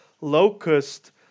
Locust